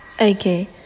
Okay